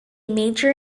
major